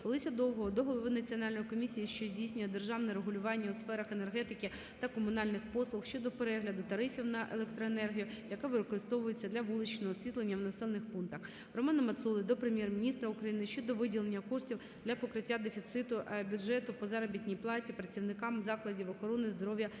Олеся Довгого до Голови Національної комісії, що здійснює державне регулювання у сферах енергетики та комунальних послуг щодо перегляду тарифів на електроенергію, яка використовується для вуличного освітлення в населених пунктах. Романа Мацоли до Прем'єр-міністра України щодо виділення коштів для покриття дефіциту бюджету по заробітній платі працівникам закладів охорони здоров'я в Полонському